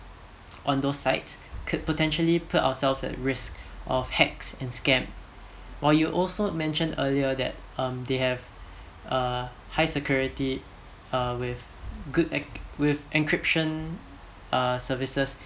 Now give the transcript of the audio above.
on those sites could potentially put ourselves at risk of hacks and scam while you also mentioned earlier that um they have uh high security uh with go~ ac~ with encryption uh services